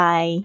Bye